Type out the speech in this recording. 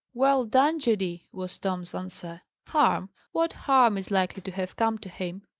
well done, judy! was tom's answer. harm! what harm is likely to have come to him?